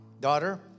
daughter